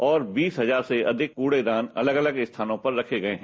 और बीस हजार से अधिक कूड़ेदान अलग अलग स्थानों पर रखे गर्य हैं